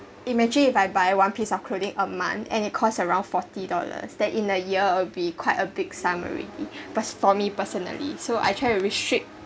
imagine if I buy one piece of clothing a months and it costs around forty dollars then in a year will be quite a big sum already but for me personally so I try to restrict